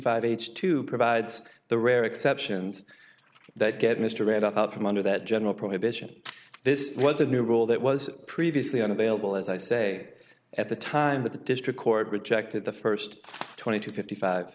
five age two provides the rare exceptions that get mr read out from under that general prohibition this was a new rule that was previously unavailable as i say at the time that the district court rejected the first twenty two fifty five